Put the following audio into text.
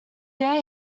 there